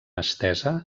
estesa